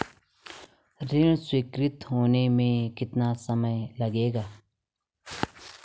ऋण स्वीकृति होने में कितना समय लगेगा?